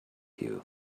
you